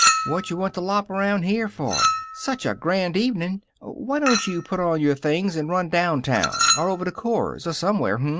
what you want to lop around here for? such a grant evening. why don't you put on your things and run downtown, or over to cora's or somewhere, hm?